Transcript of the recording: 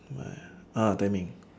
my ah timing